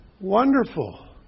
wonderful